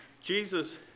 Jesus